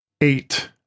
eight